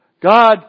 God